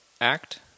act